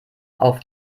auf